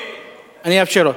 אני אאפשר לו.